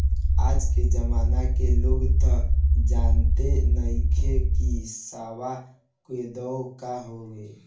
आज के जमाना के लोग तअ जानते नइखे की सावा कोदो का हवे